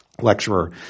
Lecturer